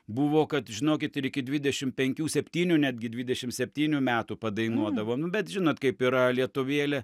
buvo kad žinokit ir iki dvidešim penkių septynių netgi dvidešim septynių metų padainuodavo nu bet žinot kaip yra lietuvėlė